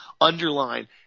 underline